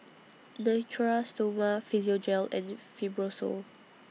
Natura Stoma Physiogel and Fibrosol